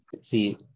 See